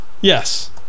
Yes